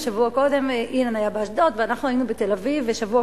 ושבוע קודם אילן היה באשדוד ואנחנו היינו בתל-אביב,